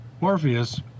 Morpheus